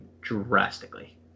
drastically